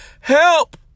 Help